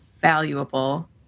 valuable